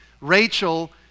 Rachel